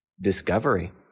Discovery